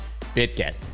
BitGet